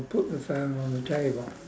I'll put the phone on the table